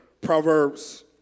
Proverbs